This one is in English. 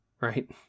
right